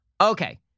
Okay